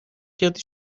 کردی